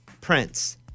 Prince